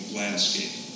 landscape